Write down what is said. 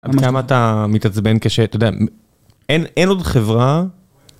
כמה אתה מתעצבן כש... אתה יודע, אין עוד חברה...